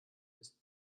ist